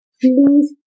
please